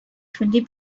twenty